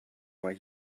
why